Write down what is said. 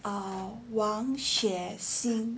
err 王雪心